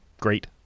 great